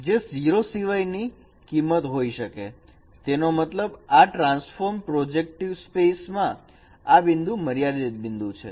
જે 0 સીવાય ની કિંમત હોઈ શકે તેનો મતલબ આ ટ્રાન્સફોર્મ પ્રોજેક્ટિવ સ્પેસમાં આ બિંદુ મર્યાદિત બિંદુ છે